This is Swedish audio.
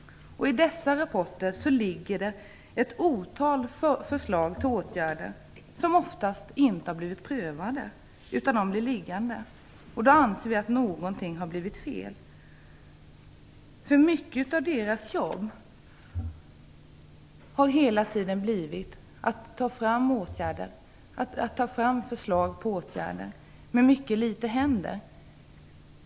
I dessa rapporter framläggs det ett otal förslag till åtgärder som oftast inte har blivit prövade, utan förslagen har blivit liggande. Då anser vi att någonting måste ha blivit fel. Mycket av BRÅ:s jobb har hela tiden varit att ta fram förslag till åtgärder, men det händer mycket litet.